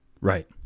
Right